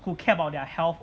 who care about their health